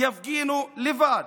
יפגינו לבד.